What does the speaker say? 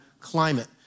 climate